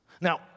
Now